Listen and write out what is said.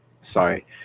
Sorry